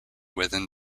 within